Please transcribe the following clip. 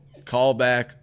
callback